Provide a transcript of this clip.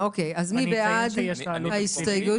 אני רוצה להגיד עוד משהו.